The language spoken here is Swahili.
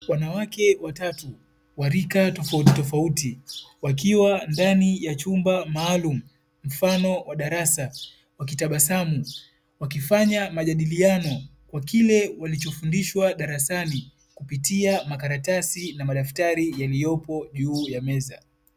Wanawake watatu wa rika tofautitofauti, wakiwa ndani ya chumba maalumu mfano wa darasa. Wakitabasamu wakifanya majadiliano kwa kile walichofundishwa darasani kupitia makaratasi na madaftari yaliyopo juu ya meza.